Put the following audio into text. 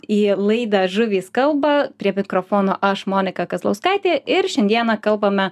į laidą žuvys kalba prie mikrofono aš monika kazlauskaitė ir šiandieną kalbame